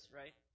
right